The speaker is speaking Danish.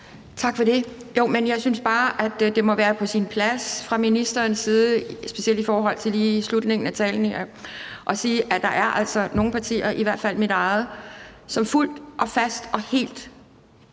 Tak for det. Jeg synes bare, det må være på sin plads fra ministerens side, specielt lige i forhold til slutningen af talen her, at sige, at der altså er nogle partier, i hvert fald mit eget, som fuldt og fast og helt